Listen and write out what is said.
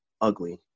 ugly